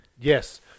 Yes